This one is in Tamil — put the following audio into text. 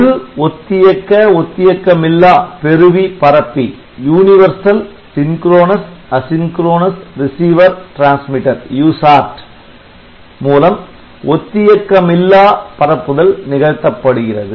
பொது ஒத்தியக்க ஒத்தியக்கமில்லா பெறுவி பரப்பி மூலம் ஒத்தியக்கமில்லா பரப்புதல் நிகழ்த்தப்படுகிறது